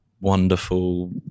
wonderful